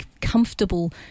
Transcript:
comfortable